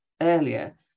earlier